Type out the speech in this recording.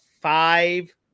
five